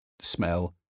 smell